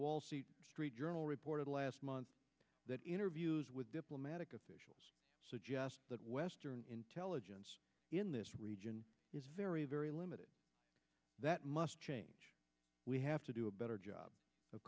wall street journal reported last month that interviews with diplomatic officials suggest that western intelligence in this region is very very limited that must change we have to do a better job of